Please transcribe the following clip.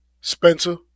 Spencer